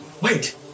Wait